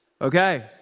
okay